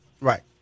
right